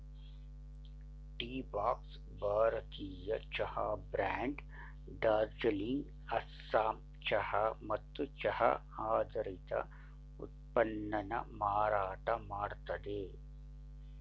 Teabox ಭಾರತೀಯ ಚಹಾ brand Darjeeling Assam ಚಹಾ ಮತ್ತು ಚಹಾ ಆಧಾರಿತ ಉತ್ಪನ್ನನ ಮಾರಾಟ ಮಾಡ್ತದೆ